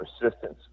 Persistence